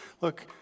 look